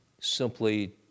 simply